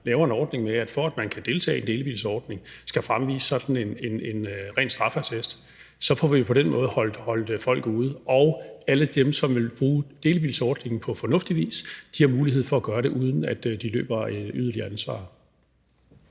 laver en ordning om, at man for at deltage i en delebilsordning skal fremvise sådan en ren straffeattest, så får vi jo på den måde holdt folk ude, og alle dem, som vil bruge en delebilsordning på fornuftig vis, har mulighed for at gøre det uden at løbe yderligere risiko.